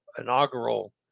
inaugural